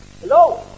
Hello